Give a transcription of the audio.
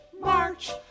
march